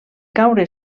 caure